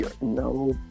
No